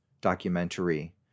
documentary